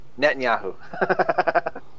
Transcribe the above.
Netanyahu